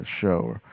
show